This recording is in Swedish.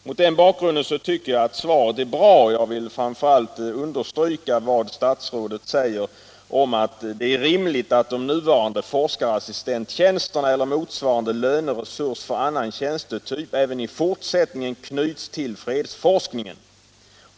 Mot den bakgrunden tycker jag att svaret är bra och vill framför allt understryka statsrådets uttalande att det är ”rimligt att de nuvarande forskarassistenttjänsterna eller motsvarande löneresurs för annan tjänstetyp även i fortsättningen knyts till fredsforskningen”.